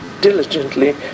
diligently